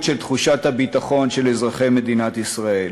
של תחושת הביטחון של אזרחי מדינת ישראל.